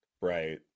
Right